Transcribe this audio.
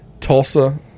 Tulsa